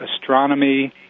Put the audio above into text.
astronomy